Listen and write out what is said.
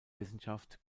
wissenschaft